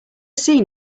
seen